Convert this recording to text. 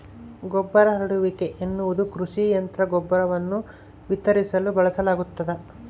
ಗೊಬ್ಬರ ಹರಡುವಿಕೆ ಎನ್ನುವುದು ಕೃಷಿ ಯಂತ್ರ ಗೊಬ್ಬರವನ್ನು ವಿತರಿಸಲು ಬಳಸಲಾಗ್ತದ